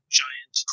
giant